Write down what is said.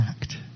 act